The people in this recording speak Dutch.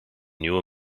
nieuwe